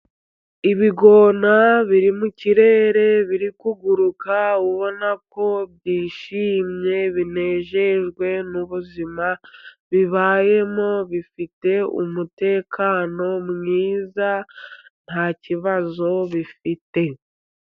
Ibigona biri mu kirere, biri kuguruka, ubona ko byishimye, binejejwe n'ubuzima bibayemo, bifite umutekano mwiza nta kibazo bifite.